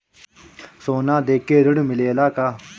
सोना देके ऋण मिलेला का?